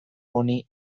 honi